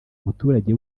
muturage